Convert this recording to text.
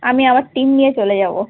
আমি আমার টিম নিয়ে চলে যাবো